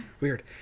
Weird